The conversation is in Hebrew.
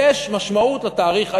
יש משמעות לתאריך העברי.